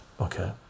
Okay